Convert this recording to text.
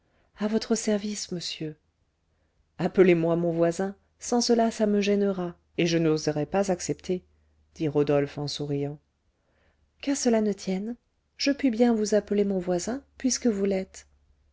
à votre service monsieur appelez-moi mon voisin sans cela ça me gênera et je n'oserai pas accepter dit rodolphe en souriant qu'à cela ne tienne je puis bien vous appeler mon voisin puisque vous l'êtes